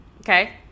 Okay